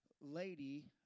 lady